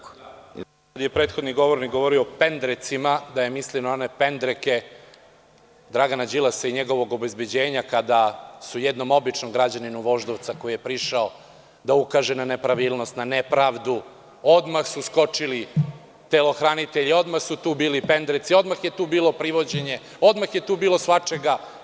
Kada je prethodni govornik govorio o pendrecima, verujem da je mislio na one pendreke Dragana Đilasa i njegovog obezbeđenja, kada su jednom običnom građaninu Voždovca, koji je prišao da ukaže na nepravilnost, na nepravdu, odmah su skočili telohranitelji, odmah su tu bili pendreci, odmah je tu bilo privođenje, odmah je tu bilo svačega.